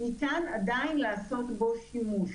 ניתן עדין לעשות בו שימוש.